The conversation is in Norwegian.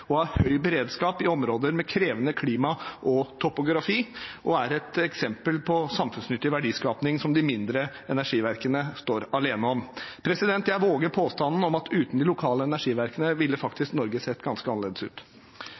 og har høy beredskap i områder med krevende klima og topografi. Det er et eksempel på samfunnsnyttig verdiskaping som de mindre energiverkene står alene om. Jeg våger påstanden om at uten de lokale energiselskapene ville Norge faktisk sett ganske annerledes ut.